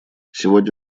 сегодня